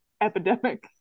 epidemic